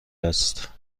است